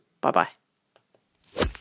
Bye-bye